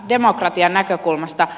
demokratian näkökulmasta